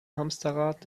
hamsterrad